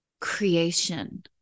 creation